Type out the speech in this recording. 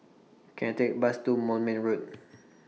Can I Take A Bus to Moulmein Road